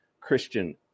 Christian